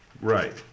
right